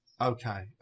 Okay